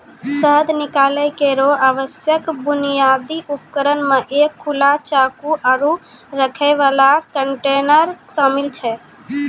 शहद निकालै केरो आवश्यक बुनियादी उपकरण म एक खुला चाकू, आरु रखै वाला कंटेनर शामिल छै